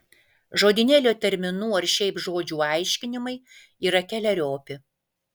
žodynėlio terminų ar šiaip žodžių aiškinimai yra keleriopi